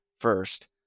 first